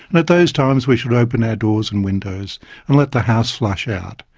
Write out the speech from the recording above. and at those times we should open our doors and windows and let the house flush out.